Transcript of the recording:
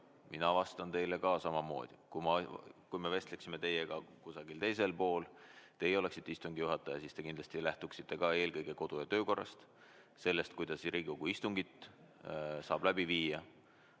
Mina vastan teile ka samamoodi. Kui me vestleksime teiega kusagil teisel pool, teie oleksite istungi juhataja, siis te kindlasti lähtuksite samuti eelkõige kodu- ja töökorrast, sellest, kuidas Riigikogu istungit saab läbi viia,